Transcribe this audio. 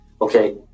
Okay